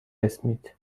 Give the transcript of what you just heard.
اسمیت